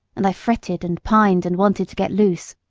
and i fretted and pined and wanted to get loose.